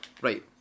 Right